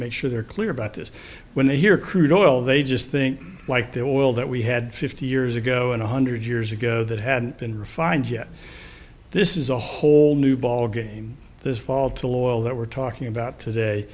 make sure they're clear about this when they hear crude oil they just think like that well that we had fifty years ago and one hundred years ago that hadn't been refined yet this is a whole new ball game this fall to loyal that we're talking about today